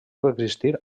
coexistir